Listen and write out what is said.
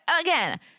Again